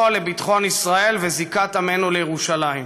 לביטחון ישראל וזיקת עמנו לירושלים.